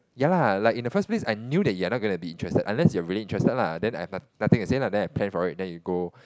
ya lah like in the first place I knew that you're not gonna be interested unless you're really interested lah then I've got nothing to say then I plan for it then you go